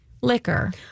liquor